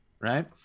Right